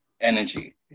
Energy